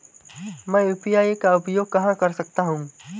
मैं यू.पी.आई का उपयोग कहां कर सकता हूं?